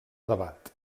debat